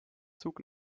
zug